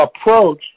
approach